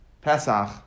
pesach